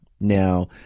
Now